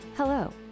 Hello